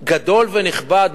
גדול ונכבד.